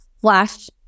flash